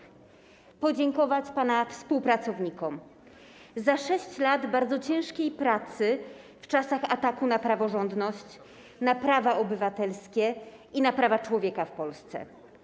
Chciałabym podziękować pana współpracownikom za 6 lat bardzo ciężkiej pracy w czasach ataków na praworządność, na prawa obywatelskie i na prawa człowieka w Polsce.